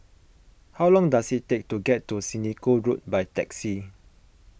how long does it take to get to Senoko Road by taxi